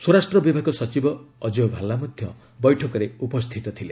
ସ୍ୱରାଷ୍ଟ୍ର ବିଭାଗ ସଚିବ ଅଜୟ ଭାଲା ମଧ୍ୟ ବୈଠକରେ ଉପସ୍ଥିତ ଥିଲେ